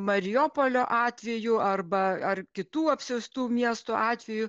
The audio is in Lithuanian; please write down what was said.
marijopolio atveju arba ar kitų apsiaustų miestų atveju